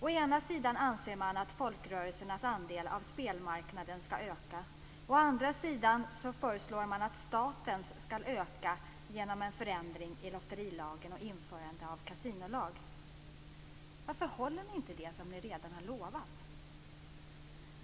Å ena sidan anser man att folkrörelsernas andel av spelmarknaden skall öka, å andra sidan föreslår man att statens andel skall öka genom en förändring i lotterilagen och införande av kasinolag. Varför håller ni inte det som ni redan har lovat?